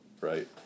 right